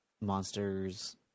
Monsters